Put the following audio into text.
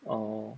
orh